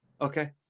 Okay